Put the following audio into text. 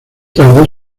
tarde